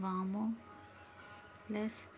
వాము ప్లస్